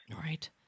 Right